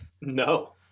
No